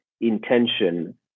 intention